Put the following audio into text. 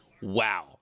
Wow